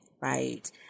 right